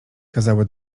kazały